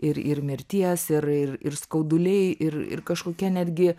ir ir mirties ir ir ir skauduliai ir ir kažkokia netgi